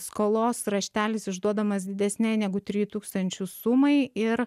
skolos raštelis išduodamas didesnei negu trijų tūkstančių sumai ir